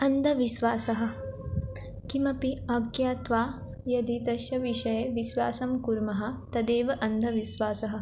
अन्धविश्वासः किमपि अज्ञात्वा यदि तस्य विषये विश्वासं कुर्मः तदेव अन्धविश्वासः